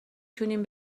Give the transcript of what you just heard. تونیم